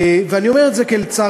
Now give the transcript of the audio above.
ואני אומר את זה לצערי,